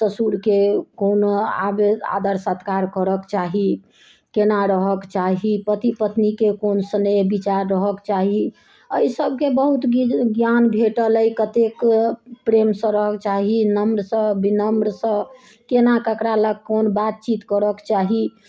ससुरके कोनो आदर सत्कार करयके चाही केना रहयके चाही पति पत्नीके कोन स्नेह विचार रहयके चाही एहिसभके बहुत ज्ञान भेटल अइ कतेक प्रेमसँ रहयके चाही नम्रसँ विनम्रसँ केना ककरा लग कोन बात चीत करयके चाही